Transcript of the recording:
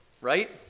right